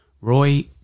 Roy